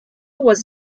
was